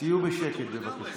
תהיו בשקט, בבקשה.